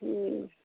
ठीक